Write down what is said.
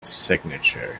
signature